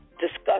discuss